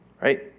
right